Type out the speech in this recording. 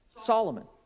Solomon